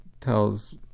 tells